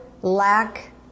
lack